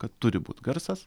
kad turi būt garsas